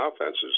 offenses